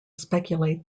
speculate